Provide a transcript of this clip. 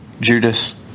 Judas